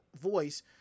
voice